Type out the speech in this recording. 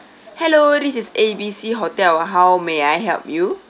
hello this is A B C hotel how may I help you